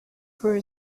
through